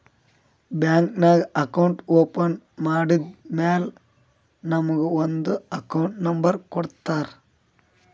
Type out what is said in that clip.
bank ನಾಗ್ account open ಮಾಡದ್ದ್ ಮ್ಯಾಲ ನಮುಗ ಒಂದ್ ಅಕೌಂಟ್ ನಂಬರ್ ಕೊಡ್ತಾರ್